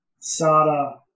SADA